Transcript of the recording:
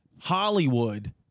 Hollywood